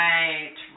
Right